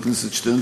חבר הכנסת שטרן,